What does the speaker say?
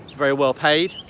very well-paid,